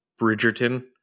bridgerton